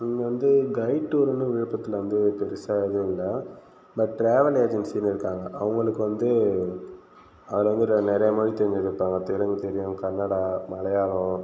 இங்கே வந்து guide tour ஒன்னும் விழுப்புரத்தில் வந்து பெருசாக எதுவும் இல்லை பட் ட்ராவல் ஏஜென்சினு இருக்காங்கள் அவங்களுக்கு வந்து அவங்களும் நிறைய மொழி தெரிஞ்சின்னு இருப்பாங்கள் தெலுங்கு தெரியும் கன்னட மலையாளம்